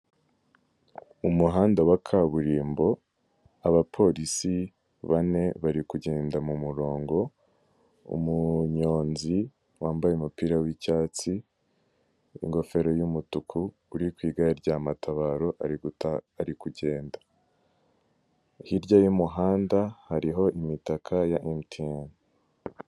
Umuhanda wa kaburimbo abapolisi bane bari kugenda mu murongo umunyonzi wambaye umupira w'icyatsi ingofero y'umutuku uri ku igare rya matabaro ari kugenda hirya y'umuhanda hariho imitaka ya MTN.